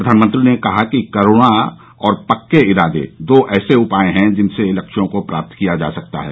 प्रधानमंत्री ने कहा कि करुणा और पक्के इरादे दो ऐसे उपाय है जिनसे लक्ष्यों को प्राप्त किया जा सकता है